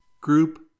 group